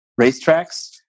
racetracks